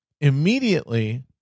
immediately